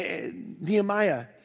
Nehemiah